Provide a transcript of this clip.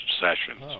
sessions